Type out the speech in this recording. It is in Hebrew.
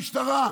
המשטרה,